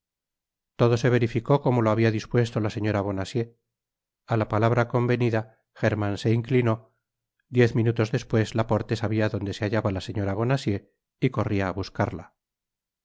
todo se verificó como lo habia dispuesto la señora bonacieux a la palabra convenida german se inclinó diez minutos despues laporte sabia donde se hallaba la señora bonacieux y corria á buscarla